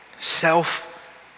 self